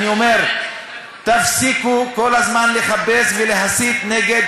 אני אומר: תפסיקו כל הזמן לחפש ולהסית נגד